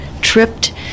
tripped